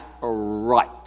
right